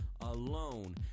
alone